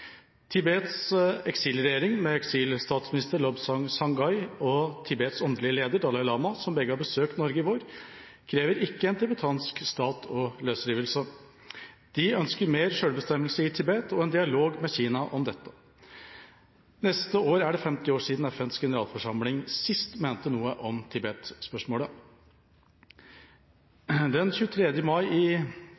Tibets eksilregjering med eksilstatsminister Lobsang Sangay og Tibets åndelige leder, Dalai Lama, som begge har besøkt Norge i vår, krever ikke en tibetansk stat og løsrivelse. De ønsker mer selvbestemmelse i Tibet og en dialog med Kina om dette. Neste år er det 50 år siden FNs generalforsamling sist mente noe om